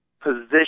position